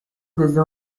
desde